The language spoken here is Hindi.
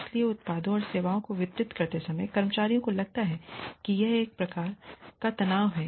इसलिए उत्पादों और सेवाओं को वितरित करते समय कर्मचारियों को लगता है यह एक प्रकार का तनाव है